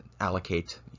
allocate